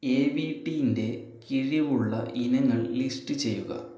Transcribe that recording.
A വി ട്ടീന്റെ കിഴിവുള്ള ഇനങ്ങൾ ലിസ്റ്റ് ചെയ്യുക